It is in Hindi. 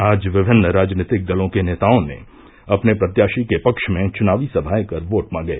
आज विभिन्न राजनीतिक दलों के नेताओं ने अपने प्रत्याषी के पक्ष में चुनावी सभायें कर वोट मांगे